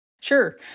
Sure